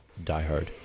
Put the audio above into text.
diehard